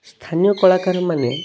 ସ୍ଥାନୀୟ କଳାକାର ମାନେ